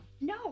No